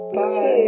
Bye